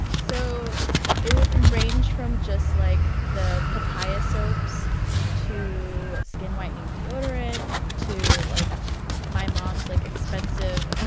so it would range from just like the papaya soaps to skin-whitening deodorant to like my mom's like expensive ah